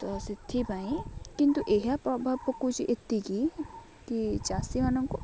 ତ ସେଥିପାଇଁ କିନ୍ତୁ ଏହା ପ୍ରଭାବ ପକାଉଛି ଏତିକି କି ଚାଷୀମାନଙ୍କୁ